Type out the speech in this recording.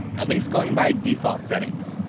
at least going by default settings.